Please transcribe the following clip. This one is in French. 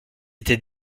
était